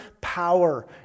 power